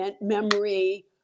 memory